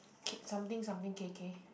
kick something something K K